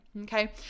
okay